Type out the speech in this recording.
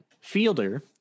fielder